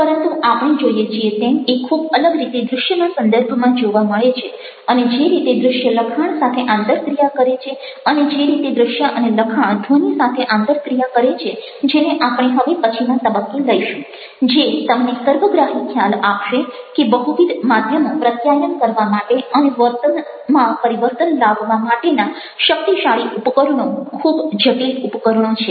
પરંતુ આપણે જોઈએ છીએ તેમ એ ખૂબ અલગ રીતે દ્રશ્યના સંદર્ભમાં જોવા મળે છે અને જે રીતે દ્રશ્ય લખાણ સાથે આંતરક્રિયા કરે છે અને જે રીતે દ્રશ્ય અને લખાણ ધ્વનિ સાથે આંતરક્રિયા કરે છે જેને આપણે હવે પછીના તબક્કે લઈશું જે તમને સર્વગ્રાહી ખ્યાલ આપશે કે બહુવિધ માધ્યમો પ્રત્યાયન કરવા માટે અને વર્તનમાં પરિવર્તન લાવવા માટેના શક્તિશાળી ઉપકરણો ખૂબ જટિલ ઉપકરણો છે